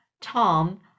Tom